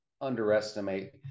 underestimate